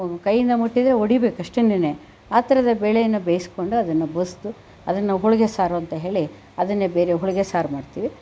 ಕೈಯ್ಯಿಂದ ಮುಟ್ಟಿದರೆ ಒಡಿಬೇಕು ಅಷ್ಟೇನೆ ಆ ಥರದ ಬೇಳೆನ ಬೇಯಿಸಿಕೊಂಡು ಅದನ್ನು ಬಸೆದು ಅದನ್ನು ಹೋಳಿಗೆ ಸಾರು ಅಂತ ಹೇಳಿ ಅದನ್ನೇ ಬೇರೆ ಹೋಳಿಗೆ ಸಾರು ಮಾಡುತ್ತೀವಿ